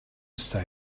stay